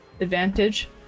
advantage